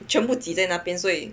全部挤在那边所以